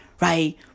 Right